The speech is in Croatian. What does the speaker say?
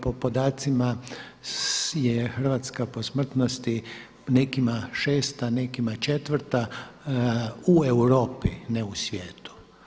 Po podacima je Hrvatska po smrtnosti nekima šest, a nekima četvrta u Europi ne u svijetu.